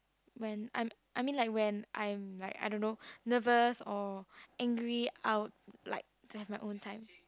when I'm I mean like when I'm like I don't know nervous or angry I would like to have my own time